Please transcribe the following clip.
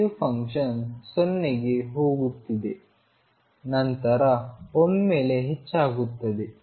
wave function 0 ಗೆ ಹೋಗುತ್ತಿದೆ ನಂತರ ಒಮ್ಮೆಲೆ ಹೆಚ್ಚಾಗುತ್ತದೆ